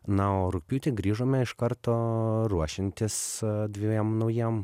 na o rugpjūtį grįžome iš karto ruošiantis dviem naujiem